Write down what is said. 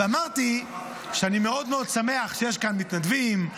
ואמרתי שאני מאוד מאוד שמח שיש כאן מתנדבים,